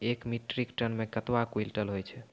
एक metric ton मे कतवा क्वींटल हैत छै?